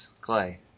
Clay